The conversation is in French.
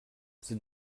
c’est